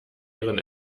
ihren